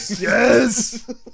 Yes